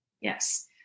Yes